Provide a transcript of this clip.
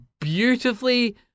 beautifully